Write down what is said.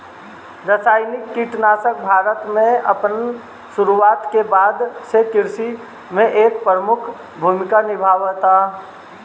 रासायनिक कीटनाशक भारत में अपन शुरुआत के बाद से कृषि में एक प्रमुख भूमिका निभावता